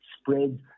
spread